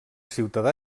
ciutadà